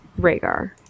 Rhaegar